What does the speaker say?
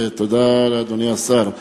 ותודה לאדוני השר.